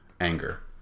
anger